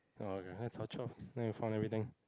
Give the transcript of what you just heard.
orh okay that's our twelve then we found everything